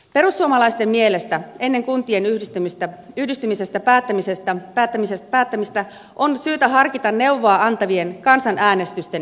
perussuomalaisten mielestä ennen kuntien yhdistämisestä päättämistä on syytä harkita neuvoa antavien kansanäänestysten järjestämistä